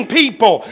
people